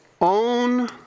own